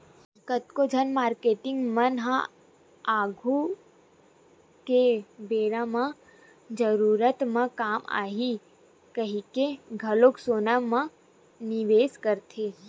कतको झन मारकेटिंग मन ह आघु के बेरा म जरूरत म काम आही कहिके घलो सोना म निवेस करथे